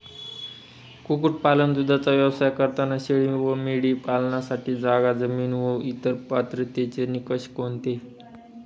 कुक्कुटपालन, दूधाचा व्यवसाय करताना शेळी व मेंढी पालनासाठी जागा, जमीन व इतर पात्रतेचे निकष कोणते?